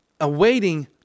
awaiting